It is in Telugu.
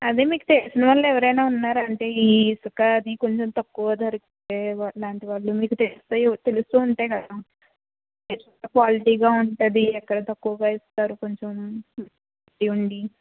అదే మీకు తెల్సినవాళ్ళు ఎవరన్న ఉన్నారా అంటే ఈ ఇసుక అది కొంచెం తక్కువ దరకి ఇచ్చేలాంటి వాళ్ళు మీకు తెలిస్తే తెలిసే ఉంటాయి కదా ఎక్కడ క్వాలిటీగా ఉంటుంది ఎక్కడ తక్కువగా ఇస్తారు కొంచెం ఉండి